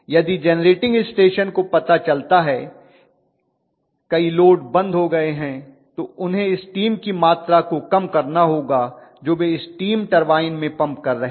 यदि generating station को पता चलता है कई लोड बंद हो गए हैं तो उन्हें स्टीम की मात्रा को कम करना होगा जो वे स्टीम टरबाइन में पंप कर रहे हैं